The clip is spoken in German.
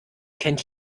kennt